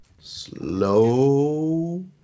Slow